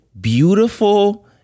beautiful